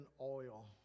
oil